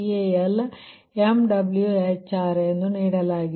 86 MkCalMWHr ನೀಡಲಾಗಿದೆ